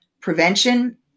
Prevention